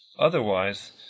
Otherwise